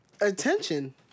Attention